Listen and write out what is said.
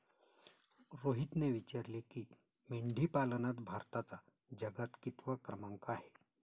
रोहितने विचारले की, मेंढीपालनात भारताचा जगात कितवा क्रमांक आहे?